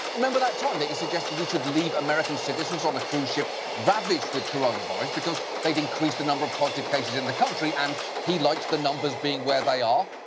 remember that time that he suggested we should leave american citizens on a cruise ship ravaged with coronavirus because they'd increase the number of positive cases in the country, and he liked the numbers being where they are?